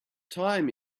time